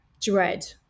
dread